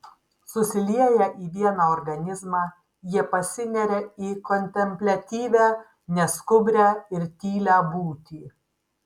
susilieję į vieną organizmą jie pasineria į kontempliatyvią neskubrią ir tylią būtį